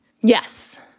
Yes